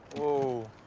whoa,